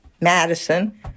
Madison